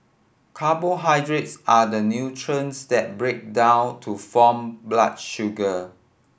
carbohydrates are the nutrients that break down to form blood sugar